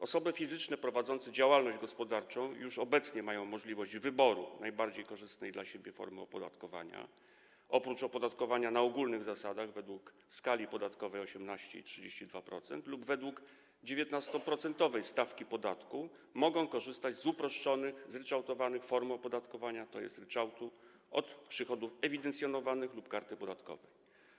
Osoby fizyczne prowadzące działalność gospodarczą już obecnie mają możliwość wyboru najbardziej korzystnej dla siebie formy opodatkowania: oprócz opodatkowania na ogólnych zasadach, według skali podatkowej 18% i 32% lub według 19-procentowej stawki podatku mogą korzystać z uproszczonych, zryczałtowanych form opodatkowania, tj. ryczałtu od przychodów ewidencjonowanych lub karty podatkowej.